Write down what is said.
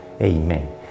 Amen